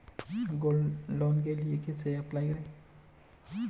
Gold loan के लिए कैसे अप्लाई करें?